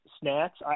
snacks